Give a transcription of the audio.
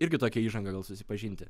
irgi tokia įžanga gal susipažinti